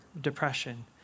depression